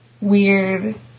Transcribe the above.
weird